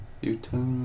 Utah